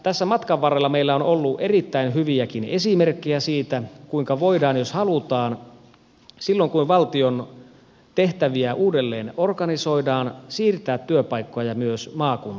tässä matkan varrella meillä on ollut erittäin hyviäkin esimerkkejä siitä kuinka voidaan jos halutaan silloin kun valtion tehtäviä uudelleenorganisoidaan siirtää työpaikkoja myös maakuntaan